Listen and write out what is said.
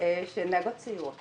שהן נהגות צעירות